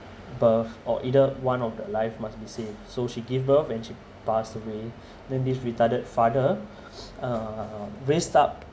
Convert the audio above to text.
birth or either one of the life must be saved so she give birth and she passed away then this retarded father uh raised up